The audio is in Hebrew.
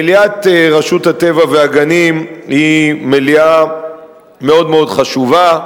מליאת רשות הטבע והגנים היא מליאה מאוד מאוד חשובה,